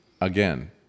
Again